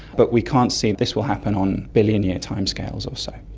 but we can't see it. this will happen on billion-year timescales or so.